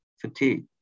fatigue